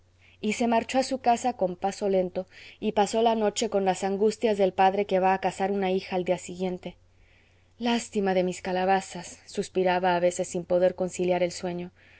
y se marchó a su casa con paso lento y pasó la noche con las angustias del padre que va a casar una hija al día siguiente lástima de mis calabazas suspiraba a veces sin poder conciliar el sueño